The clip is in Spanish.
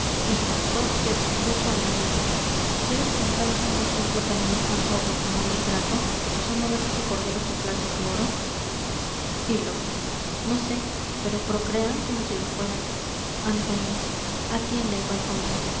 y jacob se expuso al riesgo quieres con tan santo ejemplo canonizar tu abominable trato ó son ovejas y corderos tu plata y tu oro sylock no sé pero procrean como si lo fueran antonio atiende